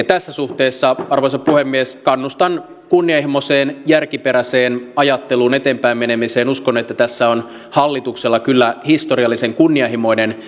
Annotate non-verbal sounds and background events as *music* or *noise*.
*unintelligible* tässä suhteessa arvoisa puhemies kannustan kunnianhimoiseen järkiperäiseen ajatteluun eteenpäin menemiseen uskon että tässä on hallituksella kyllä historiallisen kunnianhimoinen *unintelligible*